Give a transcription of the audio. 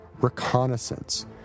reconnaissance